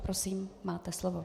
Prosím, máte slovo.